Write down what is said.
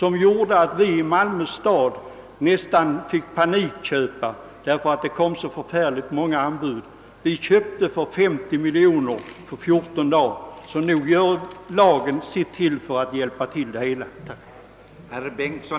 I Malmö stad fick vi nästan panikköpa därför att det kom så många anbud. Vi köpte mark för ca 50 miljoner kronor på 14 dagar. Så nog gör lagen sitt till för att förbättra förhållandena på tomtmarknaden.